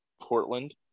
Portland